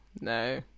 no